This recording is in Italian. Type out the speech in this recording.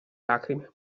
lacrime